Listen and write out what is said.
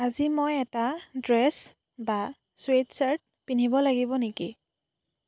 আজি মই এটা ড্ৰেছ বা ছুৱেট ছাৰ্ট পিন্ধিব লাগিব নেকি